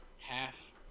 half